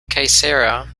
caesarea